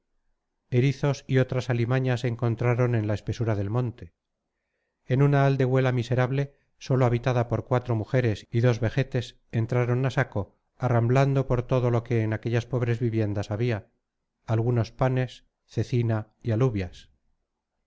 erizos y otras alimañas encontraron en la espesura del monte en una aldehuela miserable sólo habitada por cuatro mujeres y dos vejetes entraron a saco arramblando por todo lo que en aquellas pobres viviendas había algunos panes cecina y alubias